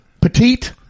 petite